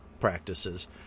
practices